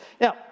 Now